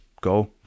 go